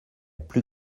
plus